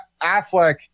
Affleck